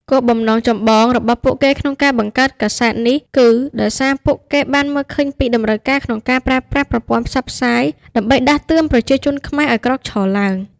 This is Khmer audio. គោលបំណងចម្បងរបស់ពួកគេក្នុងការបង្កើតកាសែតនេះ គឺដោយសារពួកគេបានមើលឃើញពីតម្រូវការក្នុងការប្រើប្រាស់ប្រព័ន្ធផ្សព្វផ្សាយដើម្បីដាស់តឿនប្រជាជនខ្មែរឱ្យក្រោកឈរឡើង។